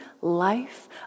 life